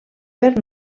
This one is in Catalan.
per